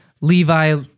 Levi